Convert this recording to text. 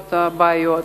פתרונות לבעיות.